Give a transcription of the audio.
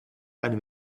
eine